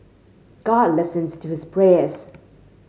god listens to his prayers